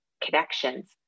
connections